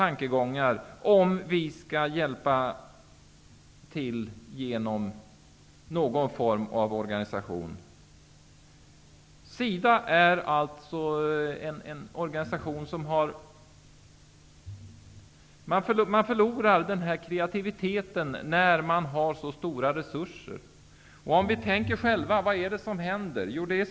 Om vi skall hjälpa till genom någon form av organisation, tror jag att det behövs helt nya tankegångar. SIDA är en stor organisation, och en organisation med stora resurser förlorar lätt sin kreativitet. Vad är det som händer?